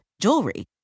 jewelry